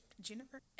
Jennifer